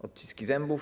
Odciski zębów?